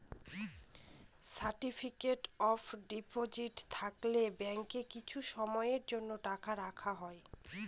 certificate of deposit থাকলে ব্যাঙ্কে কিছু সময়ের জন্য টাকা রাখা হয়